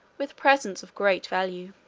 with presents of great value.